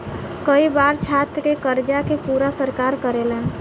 कई बार छात्र के कर्जा के पूरा सरकार करेले